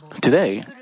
Today